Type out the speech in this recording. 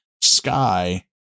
sky